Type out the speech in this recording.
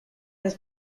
his